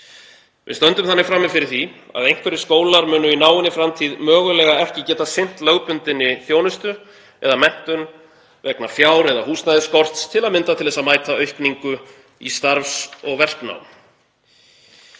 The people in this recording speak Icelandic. Við stöndum þannig frammi fyrir því að einhverjir skólar munu í náinni framtíð mögulega ekki geta sinnt lögbundinni þjónustu eða menntun vegna fjár- eða húsnæðisskorts, til að mynda til þess að mæta aukningu í starfs- og verknám.“